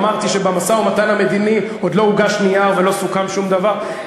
אמרתי שבמשא-ומתן המדיני עוד לא הוגש נייר ועוד לא סוכם שום דבר.